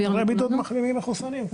תסביר לנו.